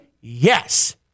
Yes